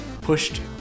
pushed